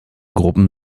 gruppen